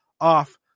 off